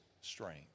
strength